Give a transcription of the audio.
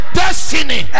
destiny